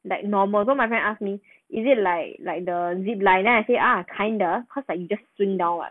like normal so my friend ask me is it like like the zip line then I say ah kinda cause like you just swing down [what]